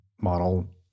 model